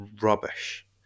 rubbish